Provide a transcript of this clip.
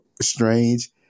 strange